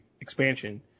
expansion